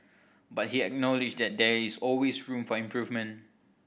but he acknowledged that there is always room for improvement